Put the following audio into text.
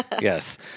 Yes